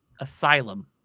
asylum